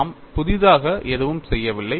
நாம் புதிதாக எதுவும் செய்யவில்லை